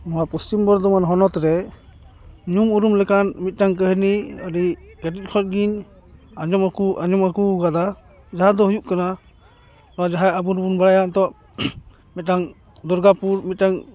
ᱱᱚᱣᱟ ᱯᱚᱪᱷᱤᱢ ᱵᱚᱨᱫᱷᱚᱢᱟᱱ ᱦᱚᱱᱚᱛ ᱨᱮ ᱧᱩᱢ ᱩᱨᱩᱢ ᱞᱮᱠᱟᱱ ᱢᱤᱫᱴᱟᱝ ᱠᱟᱹᱦᱱᱤ ᱟᱹᱰᱤ ᱠᱟᱹᱴᱤᱡ ᱠᱷᱚᱡ ᱜᱮᱧ ᱟᱸᱡᱚᱢᱟᱠᱚ ᱟᱸᱡᱚᱢ ᱟᱜᱩᱣ ᱠᱟᱫᱟ ᱡᱟᱦᱟᱸ ᱫᱚ ᱦᱩᱭᱩᱜ ᱠᱟᱱᱟ ᱱᱚᱣᱟ ᱡᱟᱦᱟᱸ ᱟᱵᱚ ᱫᱚᱵᱚᱱ ᱵᱟᱲᱟᱭᱟ ᱱᱤᱛᱚᱜ ᱢᱤᱫᱴᱟᱝ ᱫᱩᱨᱜᱟᱯᱩᱨ ᱢᱤᱫᱴᱟᱝ